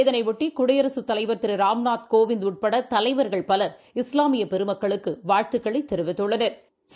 இதனையொட்டிகுடியரசுத் தலைவர் திருராம்நாத் கோவிந்த் உப்படதலைவர்கள் பலர் இஸ்லாமியபெருமக்களுக்குவாழ்த்துகளைதெரிவித்துள்ளனா்